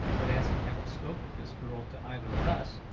but as he never spoke of this girl to either of us,